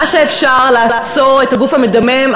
מה שאפשר לעצור את הגוף המדמם,